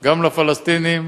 גם לפלסטינים,